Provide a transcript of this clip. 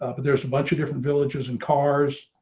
ah but there's a bunch of different villages and cars.